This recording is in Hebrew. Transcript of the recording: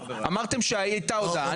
אמרתם שהייתה הודעה.